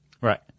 Right